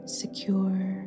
secure